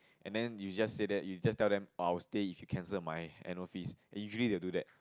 and then you just say that you just tell them I will stay if you cancel my annual fees and usually they do that